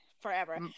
forever